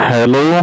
Hello